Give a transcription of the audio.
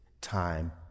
time